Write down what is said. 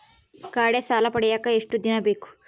ಗಾಡೇ ಸಾಲ ಪಡಿಯಾಕ ಎಷ್ಟು ದಿನ ಬೇಕು?